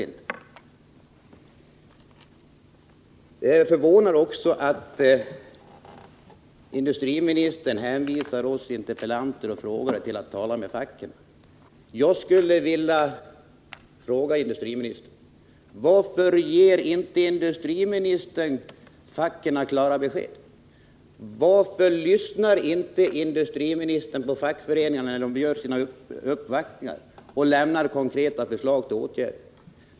Fredagen den Det förvånar mig också att industriministern hänvisar oss som har 18 april 1980 interpellerat och frågat till att tala med fackföreningarna. Jag skulle vilja klara besked? Varför lyssnar inte industriministern på fackföreningarna när de gör sina uppvaktningar och lämnar konkreta förslag till åtgärder?